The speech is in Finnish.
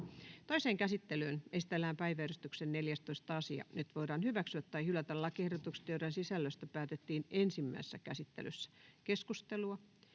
Toiseen käsittelyyn esitellään päiväjärjestyksen 8. asia. Nyt voidaan hyväksyä tai hylätä lakiehdotukset, joiden sisällöstä päätettiin ensimmäisessä käsittelyssä. — Edustaja